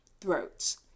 throats